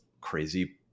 crazy